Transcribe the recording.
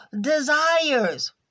desires